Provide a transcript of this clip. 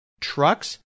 trucks